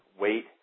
weight